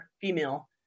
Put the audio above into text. female